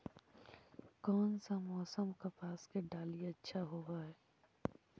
कोन सा मोसम कपास के डालीय अच्छा होबहय?